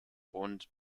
und